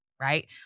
right